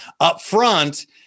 upfront